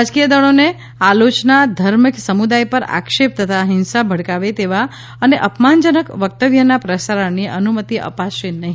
રાજકીય દળોને આલોચના ધર્મ કે સમુદાયો પર આક્ષેપ તથા હિંસા ભડકાવે તેવા અને અપમાનજનક વકતવ્યના પ્રસારણની અનુમતી અપાશે નહી